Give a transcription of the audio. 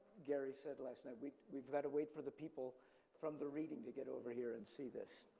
gerry said last night we've we've gotta wait for the people from the reading to get over here and see this.